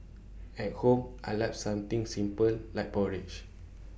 at home I Like something simple like porridge